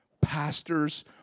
pastors